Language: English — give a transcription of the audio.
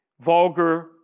vulgar